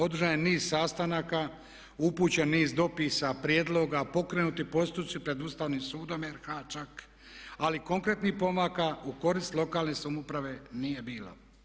Održan je niz sastanaka, upućen niz dopisa, prijedloga, pokrenuti su postupci pred Ustavnim sudom RH čak ali konkretnih pomaka u korist lokalne samouprave nije bilo.